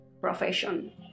profession